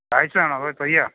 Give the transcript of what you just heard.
കായ്ച്ചതാണോ അതോ പൊയ്യാ